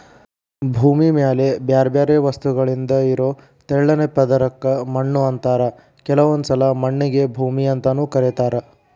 ಭೂಮಿ ಮ್ಯಾಲೆ ಬ್ಯಾರ್ಬ್ಯಾರೇ ವಸ್ತುಗಳಿಂದ ಇರೋ ತೆಳ್ಳನ ಪದರಕ್ಕ ಮಣ್ಣು ಅಂತಾರ ಕೆಲವೊಂದ್ಸಲ ಮಣ್ಣಿಗೆ ಭೂಮಿ ಅಂತಾನೂ ಕರೇತಾರ